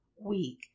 week